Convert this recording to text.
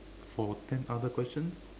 for ten other questions